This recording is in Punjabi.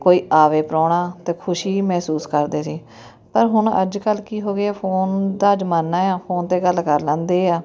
ਕੋਈ ਆਵੇ ਪ੍ਰਾਹੁਣਾ ਅਤੇ ਖੁਸ਼ੀ ਮਹਿਸੂਸ ਕਰਦੇ ਸੀ ਪਰ ਹੁਣ ਅੱਜ ਕੱਲ੍ਹ ਕੀ ਹੋ ਗਿਆ ਫੋਨ ਦਾ ਜ਼ਮਾਨਾ ਏ ਆ ਫੋਨ 'ਤੇ ਗੱਲ ਕਰ ਲੈਂਦੇ ਆ